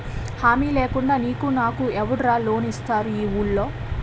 హామీ లేకుండా నీకు నాకు ఎవడురా లోన్ ఇస్తారు ఈ వూళ్ళో?